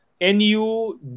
NU